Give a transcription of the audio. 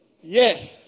Yes